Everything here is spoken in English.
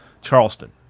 Charleston